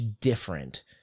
different